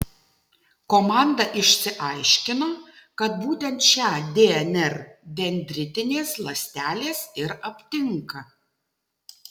komanda išsiaiškino kad būtent šią dnr dendritinės ląstelės ir aptinka